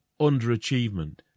underachievement